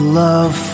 love